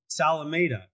Salameda